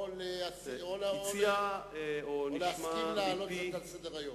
או להסכים להעלות על סדר-היום.